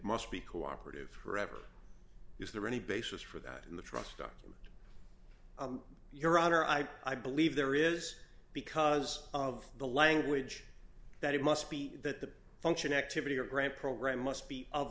must be co operative forever is there any basis for that in the trust document your honor i i believe there is because of the language that it must be that the function activity or grant program must be of